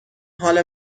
حال